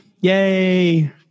Yay